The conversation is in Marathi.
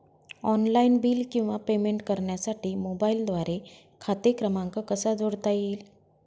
ऑनलाईन बिल किंवा पेमेंट करण्यासाठी मोबाईलद्वारे खाते क्रमांक कसा जोडता येईल?